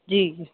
जी जी